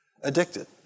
addicted